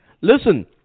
Listen